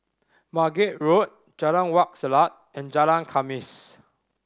Margate Road Jalan Wak Selat and Jalan Khamis